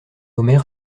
omer